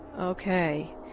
Okay